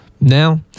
Now